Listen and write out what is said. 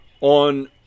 on